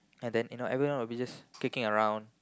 and then you know everyone will be just kicking around